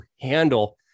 handle